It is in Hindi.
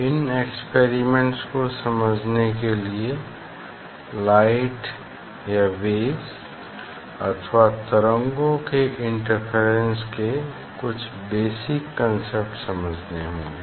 इन एक्सपेरिमेंट्स को समझने के लिए लाइट या वेव्स अथवा तरंगो के इंटरफेरेंस के कुछ बेसिक कांसेप्ट समझने होंगे